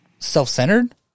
self-centered